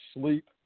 sleep